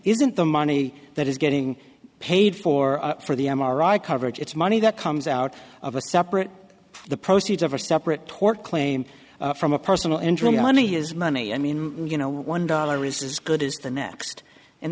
isn't the money that is getting paid for for the m r i coverage it's money that comes out of a separate the proceeds of a separate tort claim from a personal injury attorney is money i mean you know one dollar is as good as the next and